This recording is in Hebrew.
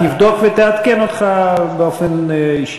תבדוק ותעדכן אותך באופן אישי.